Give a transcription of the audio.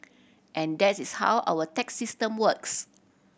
and that is how our tax system works